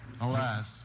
Alas